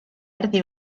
erdi